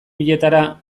bietara